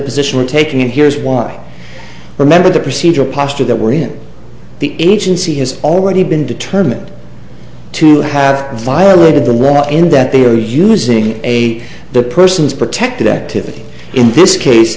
position taken and here's why i remember the procedural posture that we're in the agency has already been determined to have violated the law and that they are using a the person's protected activity in this case